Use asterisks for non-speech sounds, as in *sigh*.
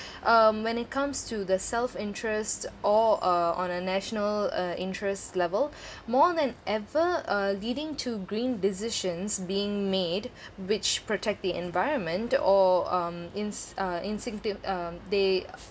um when it comes to the self-interest or uh on a national uh interest level *breath* more than ever uh leading to green decisions being made which protect the environment or um ins~ uh instinctive uh they